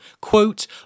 quote